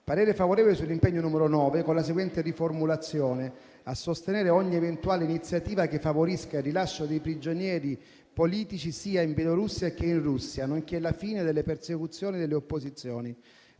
parere favorevole sull'impegno n. 9 con la seguente riformulazione: «a sostenere ogni eventuale iniziativa che favorisca il rilascio dei prigionieri politici, sia in Bielorussia che in Russia, nonché la fine delle persecuzioni delle opposizioni».